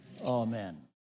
amen